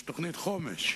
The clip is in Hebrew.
יש תוכנית חומש.